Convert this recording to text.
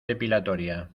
depilatoria